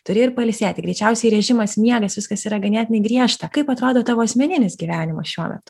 turi ir pailsėti greičiausiai režimas miegas viskas yra ganėtinai griežta kaip atrodo tavo asmeninis gyvenimas šiuo metu